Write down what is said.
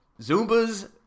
Zumba's